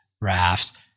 rafts